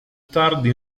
tardi